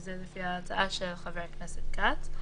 -- וזה לפי ההצעה של חבר הכנסת כץ.